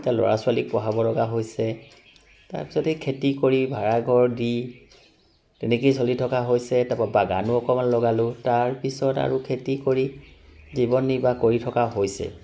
এতিয়া ল'ৰা ছোৱালীক পঢ়াব লগা হৈছে তাৰপিছত সেই খেতি কৰি ভাড়াঘৰ দি তেনেকেই চলি থকা হৈছে তাৰপৰা বাগানো অকণমান লগালো তাৰপিছত আৰু খেতি কৰি জীৱন নিৰ্বাহ কৰি থকা হৈছে